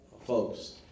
folks